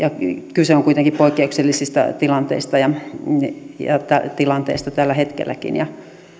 kyse on kuitenkin poikkeuksellisista tilanteista tällä hetkelläkin